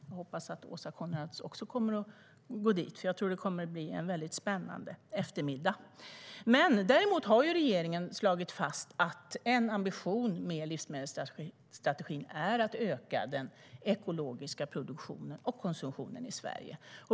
Jag hoppas att även Åsa Coenraads kommer att gå dit, för jag tror att det kommer att bli en väldigt spännande eftermiddag. Däremot har regeringen slagit fast att en ambition med livsmedelsstrategin är att öka den ekologiska produktionen och konsumtionen i Sverige.